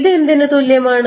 ഇത് എന്തിനു തുല്യമാണ്